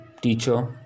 teacher